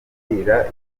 wigira